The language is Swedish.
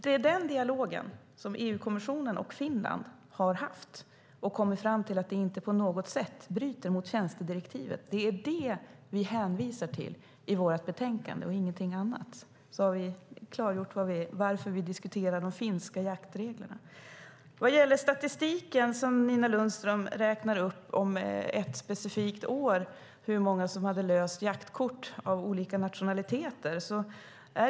Det är den dialogen som EU-kommissionen och Finland har haft, och där har man kommit fram till att det inte på något sätt bryter mot tjänstedirektivet. Det är det vi hänvisar till i vårt betänkande och ingenting annat. Då har vi klargjort varför vi diskuterar de finska jaktreglerna. Nina Lundström nämner statistik över hur många av olika nationaliteter som hade löst jaktkort ett specifikt år.